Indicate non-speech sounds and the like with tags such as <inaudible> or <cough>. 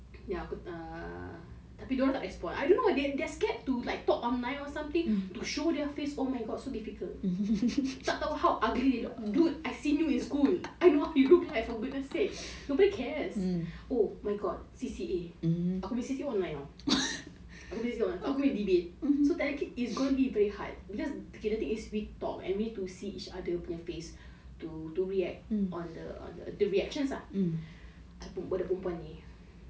kau tahu aku kena call azmi [pe] sekarang <laughs> then lepas tu aku type dia punya yang class monitor ya aku err tapi dorang tak respond I don't know they are scared to talk online or something to show their face oh my god so difficult aku tak tahu how ugly they look dude I seen you in school I know how you look like for goodness sake nobody cares oh my god C_C_A aku nya C_C_A online [tau] <laughs> aku busy online aku pilih debate so technically its gonna be very hard the thing is we talk and we need to see each other face